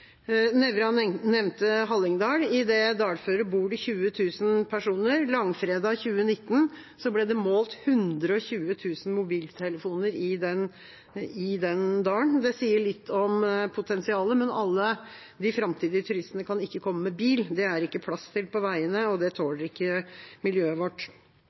Nævra nevnte Hallingdal. I det dalføret bor det 20 000 personer. Langfredag 2019 ble det målt 120 000 mobiltelefoner i den dalen. Det sier litt om potensialet, men alle de framtidige turistene kan ikke komme med bil. Det er det ikke plass til på veiene, og det tåler ikke miljøet vårt.